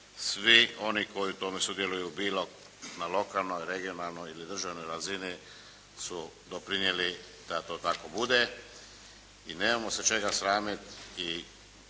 Svi oni koji u tome sudjeluju bilo na lokalnoj, regionalnoj ili državnoj razini su doprinijeli da to tako bude. I nemamo se čega sramiti i